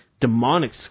demonic